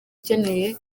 ukeneye